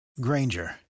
Granger